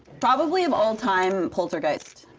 probably of all time, poltergeist.